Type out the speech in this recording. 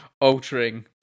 altering